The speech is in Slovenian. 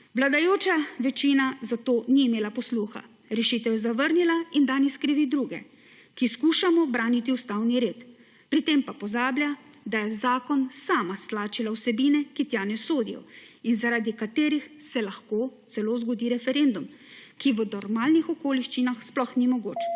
Vladajoča večina za to ni imela posluha. Rešitev je zavrnila in danes krivi druge, ki skušamo braniti ustavni red, pri tem pa pozablja, da je v zakon sama stlačila vsebine, ki tja ne sodijo in zaradi katerih se lahko celo zgodi referendum, ki v normalnih okoliščinah sploh ni mogoč.